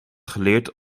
geleerd